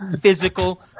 physical